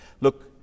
look